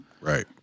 right